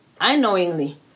unknowingly